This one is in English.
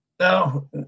No